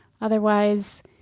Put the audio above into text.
Otherwise